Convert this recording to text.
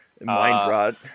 Mindrot